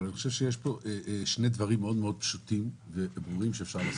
אבל אני חושב שיש פה שני דברים מאוד פשוטים וברורים שאפשר לעשות.